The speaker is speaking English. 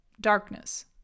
darkness